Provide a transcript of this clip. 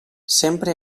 sempre